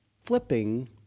flipping